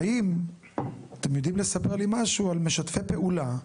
והאם אתם יודעים לספר לי משהו על משתפי פעולה,